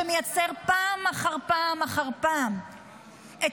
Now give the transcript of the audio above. שמייצר פעם אחר פעם אחר פעם את